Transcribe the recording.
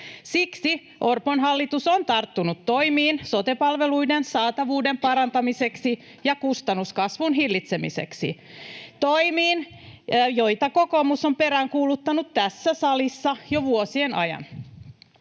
Siksi Orpon hallitus on tarttunut toimiin sote-palveluiden saatavuuden parantamiseksi ja kustannuskasvun hillitsemiseksi. Toimiin, joita kokoomus on peräänkuuluttanut tässä salissa jo vuosien ajan.